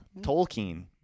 Tolkien